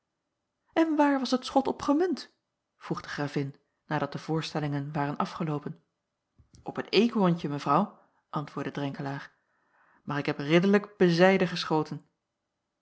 en waar was het schot op gemunt vroeg de gravin nadat de voorstellingen waren afgeloopen op een eekhorentje mevrouw antwoordde drenkelaer maar ik heb ridderlijk bezijden geschoten